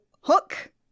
Hook